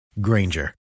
Granger